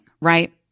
right